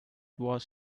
was